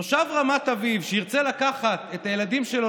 תושב רמת אביב שירצה לקחת את הילדים שלו